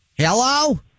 Hello